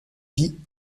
vit